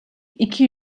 iki